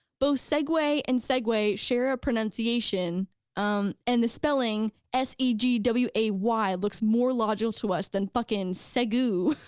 both segue and segway, share a pronunciation um and the spelling s e g w a y, looks more logical to us than fucking segue.